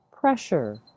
pressure